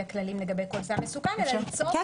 הכללים לגבי כל סם מסוכן אלא ליצור מסלול.